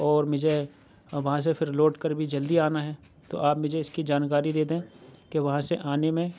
اور مجھے وہاں سے پھر لوٹ کر بھی جلدی آنا ہے تو آپ مجھے اِس کی جانکاری دے دیں کہ وہاں سے آنے میں